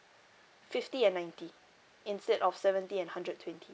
fifty and ninety instead of seventy and hundred twenty